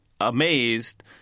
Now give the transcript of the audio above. amazed